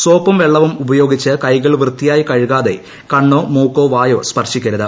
സോപ്പും വെള്ളവും ഉപയോഗിച്ച് കൈകൾ വൃത്തിയായി കഴുകാതെ ക്ണ്ണോ മൂക്കോ വായോ സ്പർശിക്കരുത്